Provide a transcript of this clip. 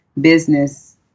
business